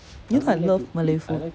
you know I love malay food